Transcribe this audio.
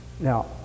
Now